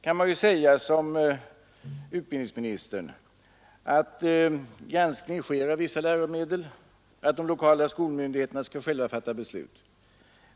Man kan, som utbildningsministern, säga att granskning sker läromedel och att de lokala skolmyndigheterna själva skall fatta beslut.